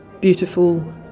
beautiful